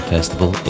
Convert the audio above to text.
Festival